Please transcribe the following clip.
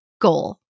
goal